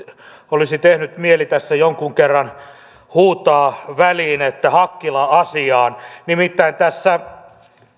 olisi tehnyt mieli tässä jonkun kerran huutaa väliin että hakkila asiaan nimittäin tässä